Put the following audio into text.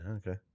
okay